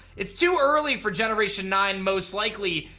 it's too early for generation nine most likely.